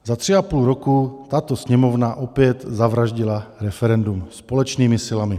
Za tři a půl roku tato Sněmovna opět zavraždila referendum společnými silami.